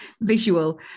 visual